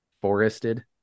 forested